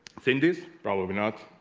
seen this probably not